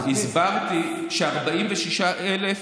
הסברתי ש-46,000,